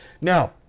Now